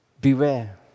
Beware